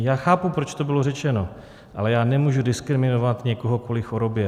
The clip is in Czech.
Já chápu, proč to bylo řečeno, ale já nemůžu diskriminovat někoho kvůli chorobě.